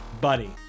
buddy